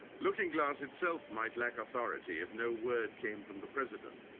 looking glass itself might lack authority if no word came from the president,